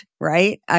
right